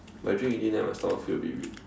but I drink already then my stomach feel a bit weird